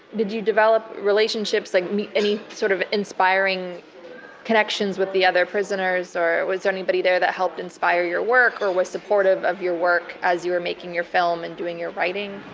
did you develop relationships, like any sort of inspiring connections with the other prisoners, or was there anybody there that helped inspire your work or was supportive of your work as you were making your film and doing your writing?